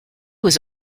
was